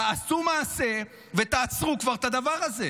תעשו מעשה ותעצרו כבר את הדבר הזה.